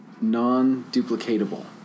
non-duplicatable